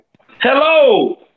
Hello